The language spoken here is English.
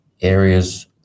areas